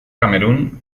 camerún